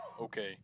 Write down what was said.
Okay